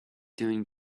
doing